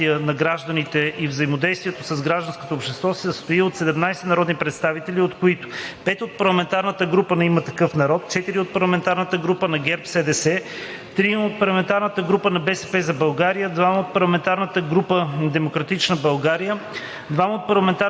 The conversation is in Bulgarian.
прякото участие на гражданите и взаимодействието с гражданското общество се състои от 17 народни представители, от които 5 от парламентарната група на „Има такъв народ“, 4 от парламентарната група на ГЕРБ-СДС, 3 от парламентарната група на „БСП за България“, 2 от парламентарната група на „Демократична България“,